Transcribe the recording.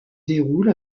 déroule